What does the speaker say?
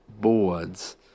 boards